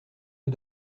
aux